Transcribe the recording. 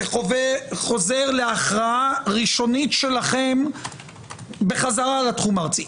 זה חוזר להכרעה ראשונית שלכם בחזרה לתחום הארצי.